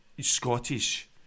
Scottish